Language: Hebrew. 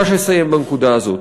אני ממש אסיים בנקודה הזאת.